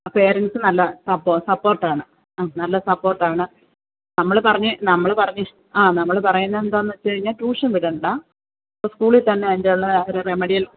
ആ പേരൻസ്സ് നല്ല സപ്പോ സപ്പോർട്ടാണ് ആ നല്ല സപ്പോർട്ടാണ് നമ്മൾ പറഞ്ഞ നമ്മൾ പറഞ്ഞിഷ് ആ നമ്മൾ പറയുന്ന എന്താന്ന് വെച്ച് കഴിഞ്ഞാൽ ട്യൂഷൻ വിടണ്ട സ്കൂളിത്തന്നെ അതിൻ്റെയുള്ള റെമഡിയൽ